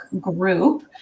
group